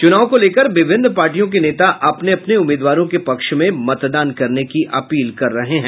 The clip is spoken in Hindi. चुनाव को लेकर विभिन्न पार्टियों के नेता अपने अपने उम्मीदवारों के पक्ष में मतदान करने की अपील कर रहे हैं